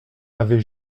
avez